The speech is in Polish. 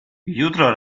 jutro